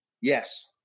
Yes